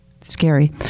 scary